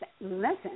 listen